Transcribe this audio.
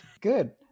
Good